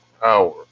power